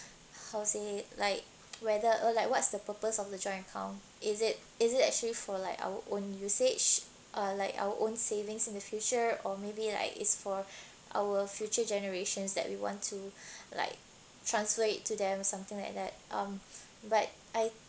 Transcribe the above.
how to say like whether uh like what's the purpose of the joint account is it is it actually for like our own usage uh like our own savings in the future or maybe like is for our future generations that we want to like transfer it to them something like that um but I